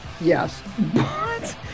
Yes